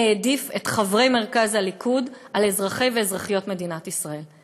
העדיף את חברי מרכז הליכוד על אזרחי ואזרחיות מדינת ישראל.